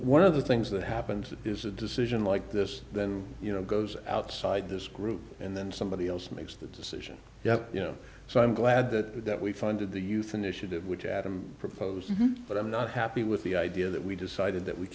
one of the things that happens is a decision like this then you know goes outside this group and then somebody else makes the decision that you know so i'm glad that that we funded the youth initiative which adam proposed but i'm not happy with the idea that we decided that we